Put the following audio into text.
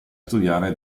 studiare